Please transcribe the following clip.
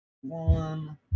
One